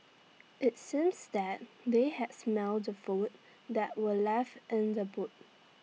IT seems that they had smelt the food that were left in the boot